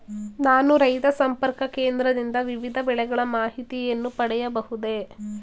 ನಾನು ರೈತ ಸಂಪರ್ಕ ಕೇಂದ್ರದಿಂದ ವಿವಿಧ ಬೆಳೆಗಳ ಮಾಹಿತಿಯನ್ನು ಪಡೆಯಬಹುದೇ?